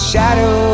shadow